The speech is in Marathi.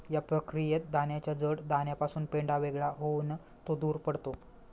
या प्रक्रियेत दाण्याच्या जड दाण्यापासून पेंढा वेगळा होऊन तो दूर पडतो